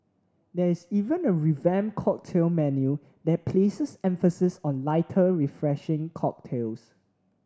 there's even a revamped cocktail menu that places emphasis on lighter refreshing cocktails